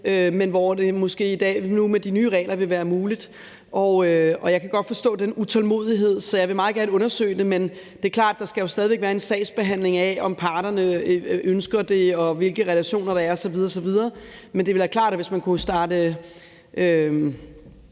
men hvor det måske nu i dag med de nye regler vil være muligt. Og jeg kan godt forstå den utålmodighed, så jeg vil meget gerne undersøge det. Men det er klart, at der jo stadig væk skal være en sagsbehandling af, om parterne ønsker det, og hvilke relationer der er osv. osv. Men det er klart, at hvis man kunne starte